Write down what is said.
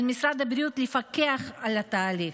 על משרד הבריאות לפקח על התהליך.